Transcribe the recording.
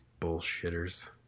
bullshitters